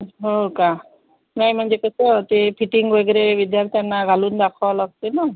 हो का नाही म्हणजे कसं ते फिटींग वगैरे विद्यार्थ्यांना घालून दाखवावं लागते ना